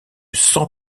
cent